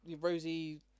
Rosie